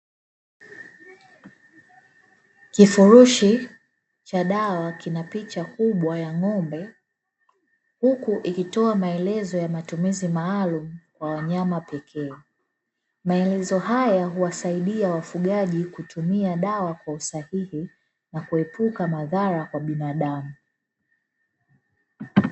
Kifurushi cha dawa kina picha kubwa ya ng'ombe huku ikitoa maelezo ya matumizi maalumu kwa wanyama pekee, maelezo haya huwasaidiana wafugaji kutumia dawa kwa usahihi na kuepuka madhara kwa binadamu.